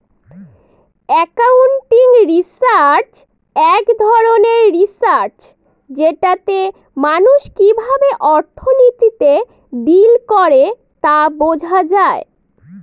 accounting research এক ধরনের research যেটাতে মানুষ কিভাবে অর্থনীতিতে ডিল করে তা বোঝা যায়